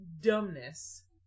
dumbness